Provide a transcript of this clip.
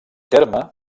terme